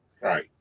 Right